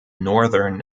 northern